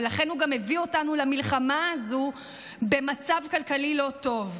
ולכן הוא גם הביא אותנו למלחמה הזו במצב כלכלי לא טוב.